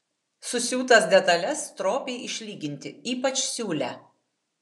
susiūtas detales stropiai išlyginti ypač siūlę